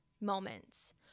moments